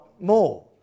more